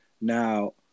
Now